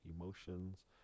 emotions